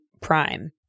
prime